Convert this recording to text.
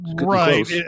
right